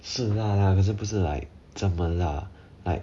是辣 lah 可是不是 like 这么辣 like